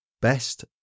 Best